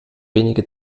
wenige